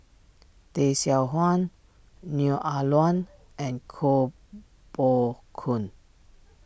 Tay Seow Huah Neo Ah Luan and Koh Poh Koon